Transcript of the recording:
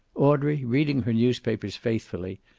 audrey, reading her newspapers faithfully,